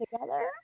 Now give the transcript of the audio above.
together